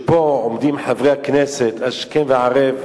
ופה עומדים חברי הכנסת השכם וערב,